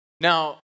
Now